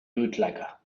bootlegger